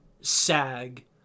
SAG